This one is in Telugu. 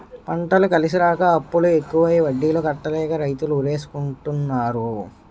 పంటలు కలిసిరాక అప్పులు ఎక్కువై వడ్డీలు కట్టలేక రైతులు ఉరేసుకుంటన్నారు